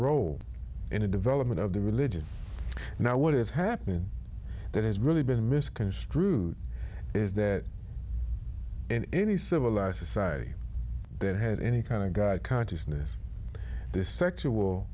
role in the development of the religion now what is happening that has really been misconstrued is that in any civilized society that has any kind of god consciousness th